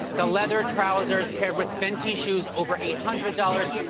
the leather trousers, paired with fendi shoes, over eight hundred dollars,